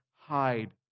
hide